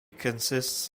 consists